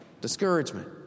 discouragement